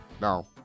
no